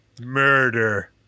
Murder